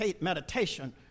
meditation